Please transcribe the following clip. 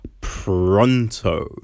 Pronto